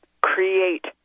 create